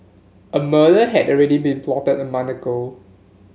a murder had already been plotted a month ago